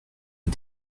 est